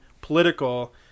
political